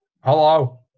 hello